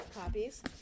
copies